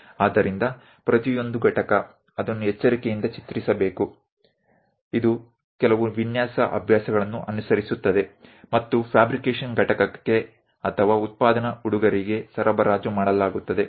ಆದ್ದರಿಂದ ಪ್ರತಿಯೊಂದು ಘಟಕ ಅದನ್ನು ಎಚ್ಚರಿಕೆಯಿಂದ ಚಿತ್ರಿಸಬೇಕು ಇದು ಕೆಲವು ವಿನ್ಯಾಸ ಅಭ್ಯಾಸಗಳನ್ನು ಅನುಸರಿಸುತ್ತದೆ ಮತ್ತು ಫ್ಯಾಬ್ರಿಕೇಶನ್ ಘಟಕಕ್ಕೆ ಅಥವಾ ಉತ್ಪಾದನಾ ಹುಡುಗರಿಗೆ ಸರಬರಾಜು ಮಾಡಲಾಗುತ್ತದೆ